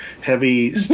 heavy